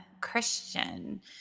christian